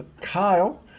Kyle